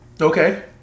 Okay